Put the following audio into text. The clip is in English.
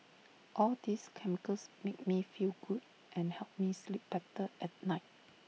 all these chemicals make me feel good and help me sleep better at night